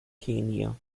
kenia